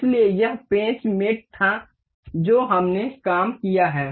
इसलिए यह पेंच मेट था जो हमने काम किया है